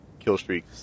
killstreaks